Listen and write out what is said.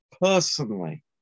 personally